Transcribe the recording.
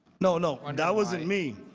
no, no. and that wasn't me.